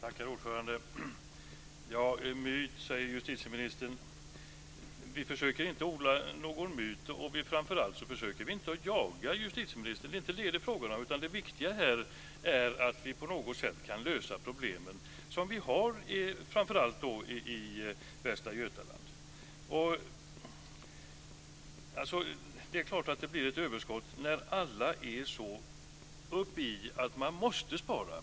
Herr talman! En myt, säger justitieministern. Vi försöker inte odla någon myt, och framför allt försöker vi inte jaga justitieministern. Det är inte det som det är frågan om, utan det viktiga är att vi på något sätt kan lösa de problem som vi har i framför allt Det är klart att det blir ett överskott när alla är så uppe i detta att man måste spara.